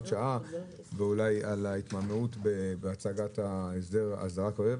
שעה ואולי על התמהמהות בהצעה הכוללת.